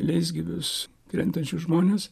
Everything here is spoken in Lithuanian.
leisgyvius krentančius žmones